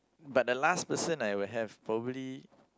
but the last person I would have probably